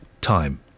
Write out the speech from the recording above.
time